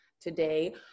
today